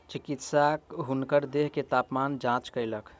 चिकित्सक हुनकर देह के तापमान जांच कयलक